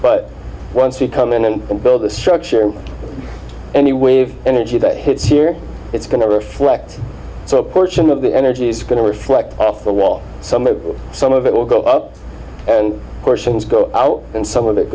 but once you come in and build the structure in any wave energy that hits here it's going to reflect so a portion of the energy is going to reflect off the wall some of some of it will go up and portions go out and some